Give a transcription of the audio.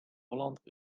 holland